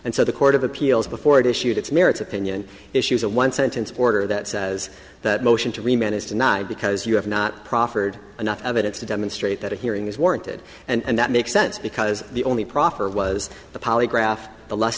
so the court of appeals before it issued its merits opinion issues a one sentence order that says that motion to remain is denied because you have not proffered enough evidence to demonstrate that a hearing was warranted and that makes sense because the only proffer was the polygraph the less